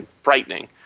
frightening